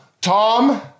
Tom